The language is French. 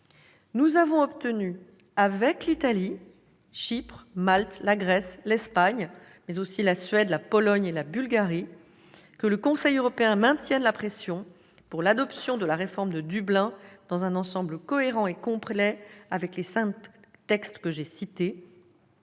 Nous avons obtenu, avec l'Italie, Chypre, Malte, la Grèce, l'Espagne, la Suède, la Pologne et la Bulgarie, que le Conseil européen maintienne la pression pour l'adoption de la réforme du règlement de Dublin dans un ensemble cohérent et complet avec les cinq textes que j'ai cités,